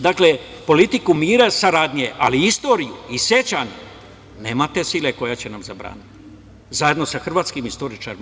Dakle, politiku mira i saradnje, ali istoriju i sećanje nema te sile koja će nam zabraniti, zajedno sa hrvatskim istoričarima.